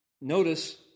notice